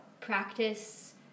practice